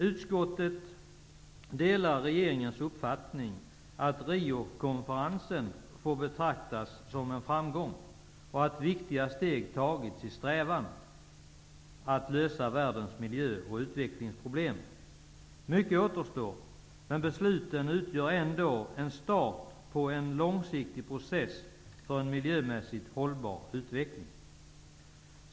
Utskottet delar regeringens uppfattning, att Riokonferensen kan betraktas som en framgång och att viktiga steg tagits i strävandet att lösa världens miljö och utvecklingsproblem. Mycket återstår, men besluten utgör ändå en start av en långsiktig process för en miljömässigt hållbar utveckling.